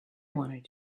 want